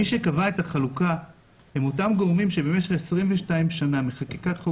מי שקבע את החלוקה הם אותם גורמים שבמשך 22 שנה מאז חקיקת חוק